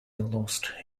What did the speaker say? lost